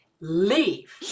leave